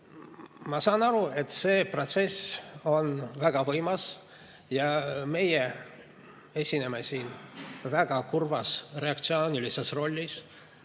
ma saan aru, et see protsess on väga võimas, ja meie esineme siin väga kurvas reaktsioonilises rollis.